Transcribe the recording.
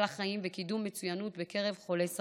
לחיים וקידום מצוינות בקרב חולי סרטן.